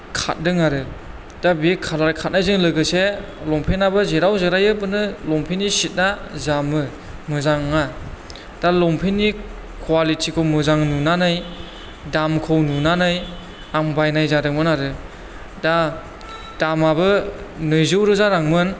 खारदों आरो दा बे कालार खारनायजों लोगोसे लंफेन्ताबो जेराव जिरायो बेयावनो लंफेननि सिया जामो मोजां नङा दा लंपेन्तनि क्वालिटिखौ मोजां नुनानै दामखौ नुनानै आं बायनाय जादोंमोन आरो दा दामआबो नैजौ रोजा रांमोन